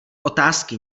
otázky